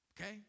Okay